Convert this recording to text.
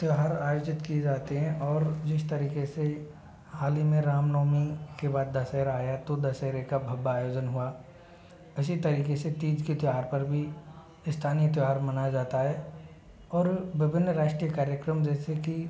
त्योहार आयोजित किए जाते हैं और जिस तरीके से हाल ही में रामनवमी के बाद दशहरा आया तो दशहरा का भव्य आयोजन हुआ उसी तरीके से तीज के त्योहार पर भी स्थानीय त्योहार मनाया जाता है और विभिन्न राष्ट्रीय कार्यक्रम जैसे की